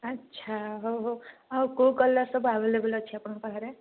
ଆଛା ହଉ ହଉ ଆଉ କେଉଁ କଲର ସବୁ ଅଭେଲେବୁଲ ଅଛି ଆପଣଙ୍କ ପାଖରେ